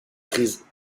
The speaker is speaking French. prises